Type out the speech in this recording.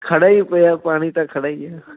ਖੜ੍ਹਾ ਹੀ ਪਿਆ ਪਾਣੀ ਤਾਂ ਖੜ੍ਹਾ ਹੀ ਆ